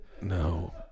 No